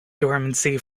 dormancy